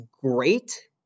great